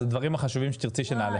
אז תאמרי את הדברים החשובים שתרצי שנעלה.